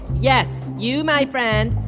yes, you, my friend.